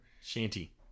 Shanty